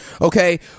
Okay